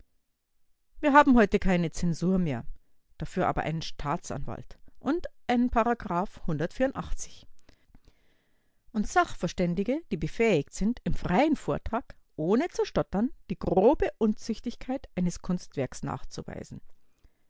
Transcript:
wir haben heute keine zensur mehr dafür aber einen staatsanwalt und ein und sachverständige die befähigt sind im freien vortrag ohne zu stottern die grobe unzüchtigkeit eines kunstwerkes nachzuweisen